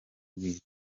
bwite